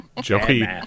Joey